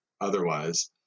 otherwise